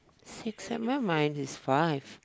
six seven why mine is five